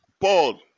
Paul